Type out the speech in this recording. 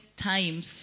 times